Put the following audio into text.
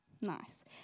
nice